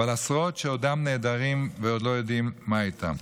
ועל עשרות שעודם נעדרים ועוד לא יודעים מה איתם.